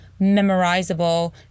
memorizable